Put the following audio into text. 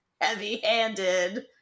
heavy-handed